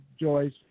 Joyce